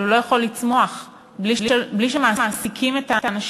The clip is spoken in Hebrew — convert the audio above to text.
אבל הוא לא יכול לצמוח בלי שמעסיקים את האנשים,